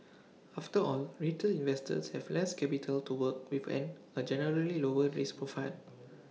after all retail investors have less capital to work with and A generally lower risk profile